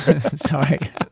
Sorry